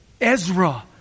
Ezra